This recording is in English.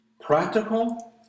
Practical